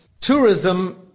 tourism